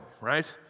right